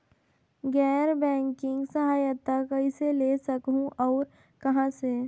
गैर बैंकिंग सहायता कइसे ले सकहुं और कहाँ से?